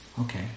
Okay